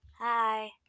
Hi